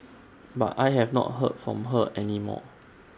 but I have not heard from her any more